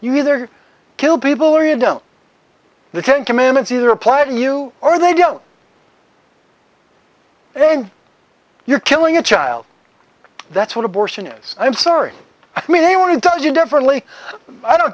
you either kill people or you don't the ten commandments either apply to you or they don't then you're killing a child that's what abortion is i'm sorry i mean they want to tell you differently i don't